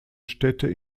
städte